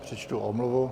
Přečtu omluvu.